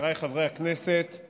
חבריי חברי הכנסת,